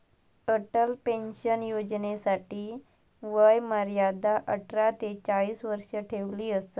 Atal pension योजनेसाठी वय मर्यादा अठरा ते चाळीस वर्ष ठेवली असा